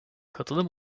katılım